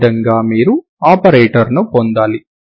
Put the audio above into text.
ఈ విధంగా మీరు ఆపరేటర్ని పొందాలి